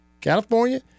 California